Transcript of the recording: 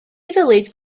ddylid